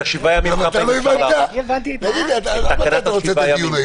כמה פעמים אפשר להאריך את התקנה של ה-7 ימים?